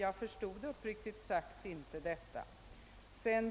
Jag förstår uppriktigt sagt inte detta.